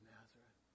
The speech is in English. Nazareth